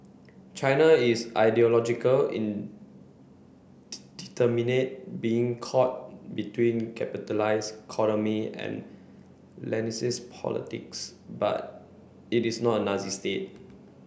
China is ideological being caught between capitalist and politics but it is not a Nazi state